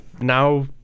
now